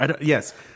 yes